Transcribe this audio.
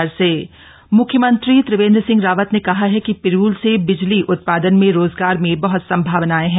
CM UREDA म्ख्यमंत्री त्रिवेंद्र सिंह रावत ने कहा है कि पिरूल से बिजली उत्पादन में रोजगार में बहत संभावनाएं है